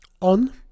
on